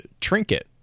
Trinket